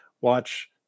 watch